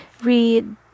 read